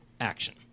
Action